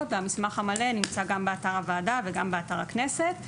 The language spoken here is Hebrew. והמסמך המלא נמצא גם באתר הוועדה וגם באתר הכנסת,